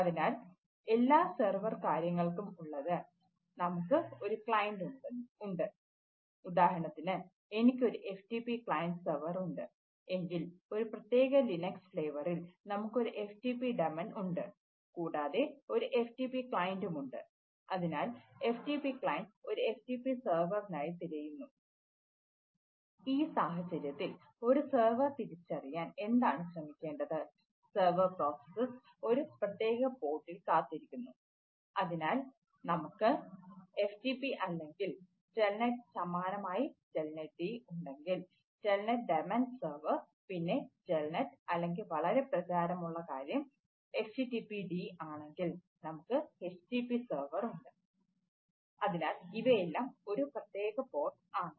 അതിനാൽ എല്ലാ സെർവർ ആണ്